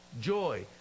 joy